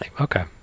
okay